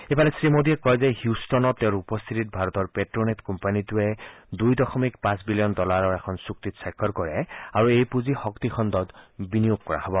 ইফালে শ্ৰীমোডীয়ে কয় যে হিয়উষ্টনত তেওঁৰ উপস্থিতিত ভাৰতৰ প্টেনেট কোম্পানীটোৰে দুই দশমিক পাঁচ বিলিয়ন ডলাৰৰ এখন চুক্তিত স্বাক্ষৰ কৰে আৰু এই পুঁজি শক্তিখণ্ডত বিনিয়োগ কৰা হব